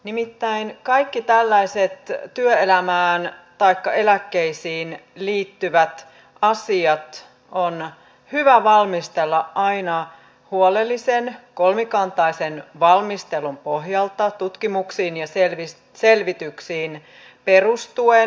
nimittäin kaikki tällaiset työelämään taikka eläkkeisiin liittyvät asiat on hyvä valmistella aina huolellisen kolmikantaisen valmistelun pohjalta tutkimuksiin ja selvityksiin perustuen